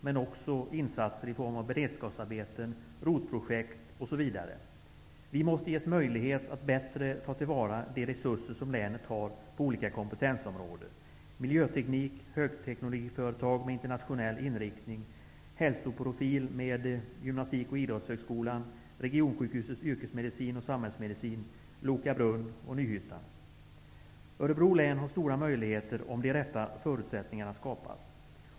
Men också insatser i form av beredskapsarbeten, ROT-projekt osv. Vi måste få möjlighet att bättre ta till vara de resurser som länet har på olika kompetensområden, miljöteknik, högteknologiföretag med internationell inriktning, hälsoprofilen med gymnastik och idrottshögskolan, regionsjukhuset, yrkesmedicin och samhällsmedicin, Loka Brunn och Nyhyttan. Örebro län har stora möjligheter om de rätta förutsättningarna skapas.